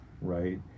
right